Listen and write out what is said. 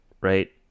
right